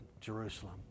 Jerusalem